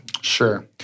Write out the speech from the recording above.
Sure